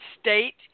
state